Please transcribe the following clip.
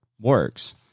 works